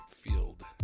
field